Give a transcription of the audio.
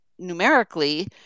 numerically